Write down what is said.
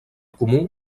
comú